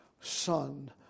son